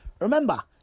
Remember